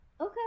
Okay